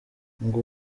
ngo